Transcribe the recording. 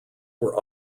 were